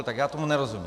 Tak já tomu nerozumím.